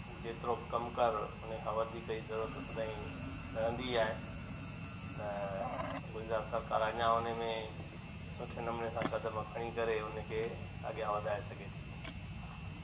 जेतिरो बि कम कर उनखां वधीक ई ज़रूरत सदाईं रहंदी आहे त गुजरात सरकार अञा उन में सुठे नमूने सां कदम खणी करे उनखे अॻियां वधाए सघे थी